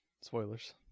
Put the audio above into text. Spoilers